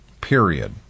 period